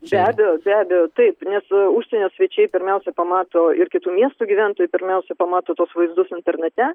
be abejo be abejo taip nes užsienio svečiai pirmiausia pamato ir kitų miestų gyventojai pirmiausia pamato tuos vaizdus internete